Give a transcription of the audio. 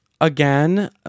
again